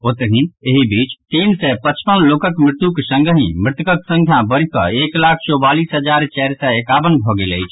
ओतहि एहि बीच तीन सय पचपन लोकक मृत्युक संगहि मृतकक संख्या बढ़ि कऽ एक लाख चौवालीस हजार चारि सय एकावन भऽ गेल अछि